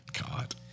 God